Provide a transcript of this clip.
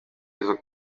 izo